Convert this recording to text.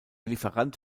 lieferant